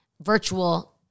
virtual